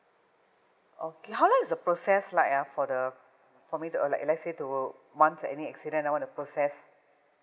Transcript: okay how long is the process like ah for the for me uh like let's say to once any accident I want to process